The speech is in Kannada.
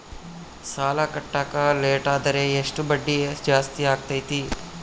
ಸಾಲ ಕಟ್ಟಾಕ ಲೇಟಾದರೆ ಎಷ್ಟು ಬಡ್ಡಿ ಜಾಸ್ತಿ ಆಗ್ತೈತಿ?